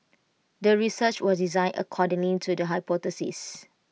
the research was designed accordingly to the hypothesis